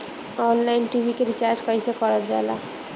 Online TV के recharge कईसे करल जाला?